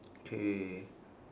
okay